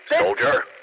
Soldier